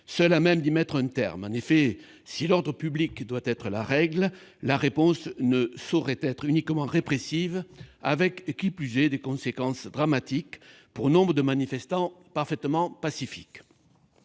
seule à même d'y mettre un terme. En effet, si l'ordre public doit être la règle, la réponse ne saurait être uniquement répressive, d'autant que cette approche a eu des conséquences dramatiques pour nombre de manifestants parfaitement pacifiques.